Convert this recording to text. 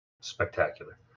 spectacular